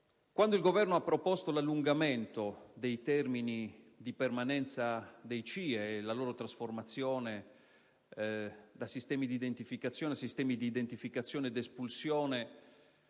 Quando il Governo ha proposto l'allungamento dei termini di permanenza nei CIE e la loro trasformazione da sistemi di identificazione a sistemi di identificazione ed espulsione,